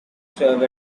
serve